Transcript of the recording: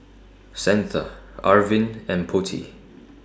Santha Arvind and Potti